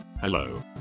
hello